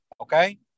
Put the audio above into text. Okay